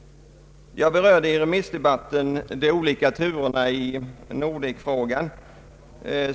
Jag berörde i remissdebatten de olika turerna i Nordekfrågan.